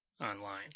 online